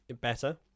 better